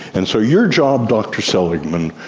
and so your job, dr seligman,